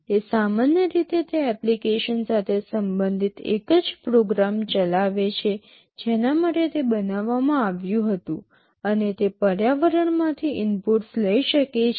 તે સામાન્ય રીતે તે એપ્લિકેશન સાથે સંબંધિત એક જ પ્રોગ્રામ ચલાવે છે જેના માટે તે બનાવવામાં આવ્યું હતું અને તે પર્યાવરણમાંથી ઇનપુટ્સ લઈ શકે છે